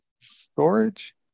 storage